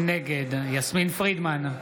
נגד יסמין פרידמן,